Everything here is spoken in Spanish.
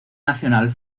nacional